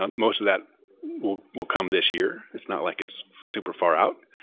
um most of that will come this year. it's not like it's super far out.